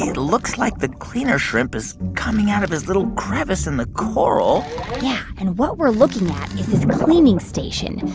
it looks like the cleaner shrimp is coming out of his little crevice in the coral yeah. and what we're looking at is his cleaning station,